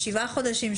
שבעה חודשים,